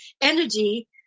energy